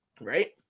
right